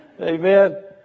Amen